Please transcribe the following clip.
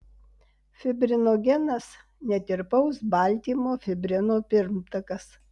fibrinogenas netirpaus baltymo fibrino pirmtakas